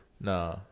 Nah